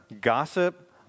gossip